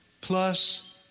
plus